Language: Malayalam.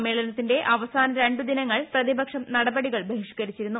സമ്മേളനത്തിന്റെ അവസാന രണ്ടു ദിനങ്ങൾ പ്രതിപക്ഷം നടപടികൾ ബഹിഷ്ക്കരിച്ചിരുന്നു